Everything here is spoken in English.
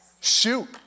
Shoot